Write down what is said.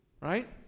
right